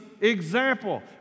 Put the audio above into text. example